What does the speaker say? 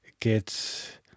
get